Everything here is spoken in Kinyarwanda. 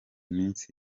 iminsi